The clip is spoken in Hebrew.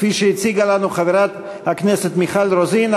כפי שהציגה לנו חברת הכנסת מיכל רוזין.